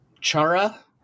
Chara